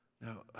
Now